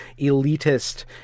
elitist